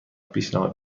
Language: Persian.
پیشنهاد